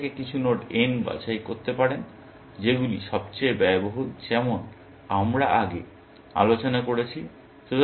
আপনি n থেকে কিছু নোড বাছাই করতে পারেন যেগুলো সবচেয়ে ব্যয়বহুল যেমন আমরা একটু আগে আলোচনা করেছি